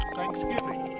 thanksgiving